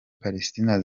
palestine